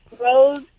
Rose